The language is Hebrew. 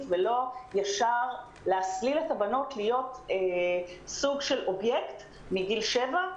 ולא ישר להסליל את הבנות להיות סוג של אובייקט מגיל 7,